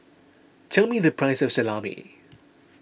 tell me the price of Salami